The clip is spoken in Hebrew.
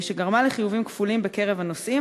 שגרמה לחיובים כפולים בקרב הנוסעים